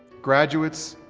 graduates,